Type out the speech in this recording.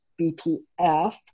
BPF